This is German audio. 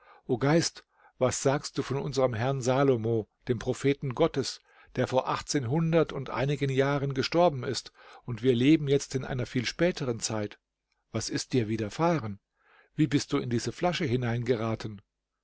o geist was sagst du von unserm herrn salomo dem propheten gottes der vor achtzehnhundert und einigen jahren gestorben ist und wir leben jetzt in einer viel späteren zeit was ist dir widerfahren wie bist du in diese flasche hineingeraten